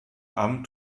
amt